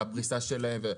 הפריסה שלהם.